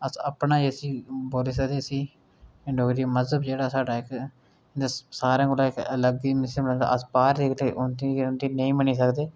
अस अपने इसी बोल्ली सकदे इसी मजहब गी जेह्ड़ा साढ़ा इक्क सारें कोला इक्क अलग ई समझदे अस बाह्र दे इक्क उं'दी नेईं मन्नी सकदे